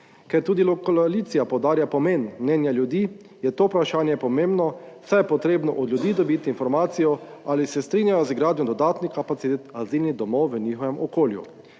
Ker tudi koalicija poudarja pomen mnenja ljudi, je to vprašanje pomembno, saj je potrebno od ljudi dobiti informacijo, ali se strinjajo z gradnjo dodatnih kapacitet azilnih domov v njihovem okolju,